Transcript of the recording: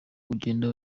ugenda